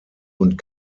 und